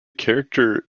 character